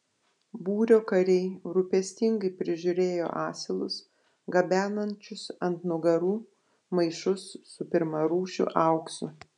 būrio kariai rūpestingai prižiūrėjo asilus gabenančius ant nugarų maišus su pirmarūšiu auksu